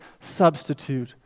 substitute